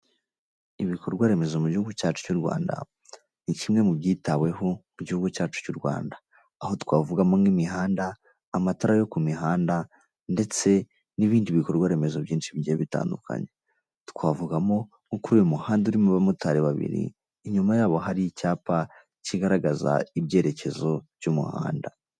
Ibikorwa Remezo mu gihugu cyacu cy'u Rwanda, ni kimwe mu byitaweho mu gihugu cyacu cy'u Rwanda. Aho twavugamo nk'imihanda, amatara yo ku mihanda, ndetse n'ibindi bikorwa Remezo byinshi bigiye bitandukanye. Twavugamo nko kuri uyu muhanda urimo abamotari babiri, inyuma yabo hari icyapa kigaragaza ibyerekezo by'umuhanda.